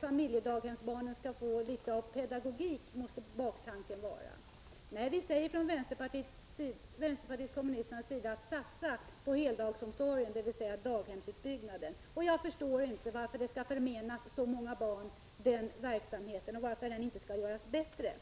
familjedaghemsbarnen skall få litet pedagogik — det måste vara baktanken! Nej, vi säger från vänsterpartiet kommunisterna: Satsa på heldagsomsorg, dvs. daghemsutbyggnad. Jag förstår inte varför så många barn skall förmenas den verksamheten och varför den inte skall göras bättre.